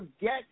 get